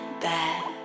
bad